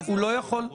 לא מוציאים החוצה.